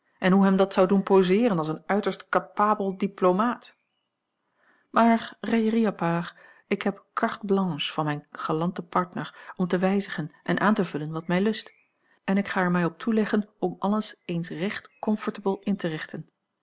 en hoe hem dat zou doen poseeren als een uiterst capabel diplomaat maar raillerie à part ik heb carte blanche van mijn galanten partner om te wijzigen en aan te vullen wat mij lust en ik ga er mij op toeleggen om alles eens recht comfortable in te richten